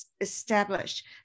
established